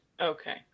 Okay